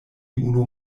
unu